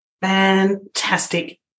Fantastic